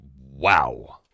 wow